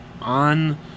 on